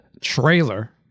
trailer